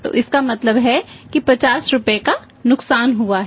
तो इसका मतलब है कि 50 रुपये का नुकसान हुआ है